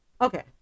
okay